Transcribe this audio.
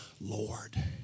Lord